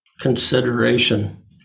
consideration